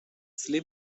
slim